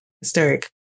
Hysteric